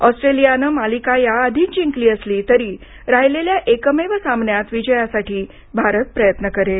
ऑस्ट्रलियानं मालिका या आधीच जिंकली असली तरी राहिलेल्या एकमेव सामन्यात विजयासाठी भारत प्रयत्न करेल